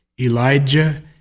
Elijah